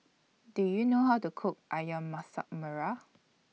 Do YOU know How to Cook Ayam Masak Merah